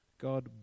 God